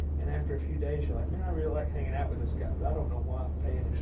and after a few days, you're like, man, i really like hanging out with this guy. but i don't know why i'm paying him